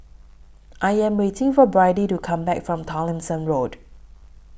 I Am waiting For Byrdie to Come Back from Tomlinson Road